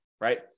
right